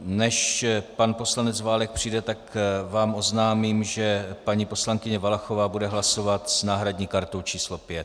Než pan poslanec Válek přijde, tak vám oznámím, že paní poslankyně Valachová bude hlasovat s náhradní kartou číslo 5.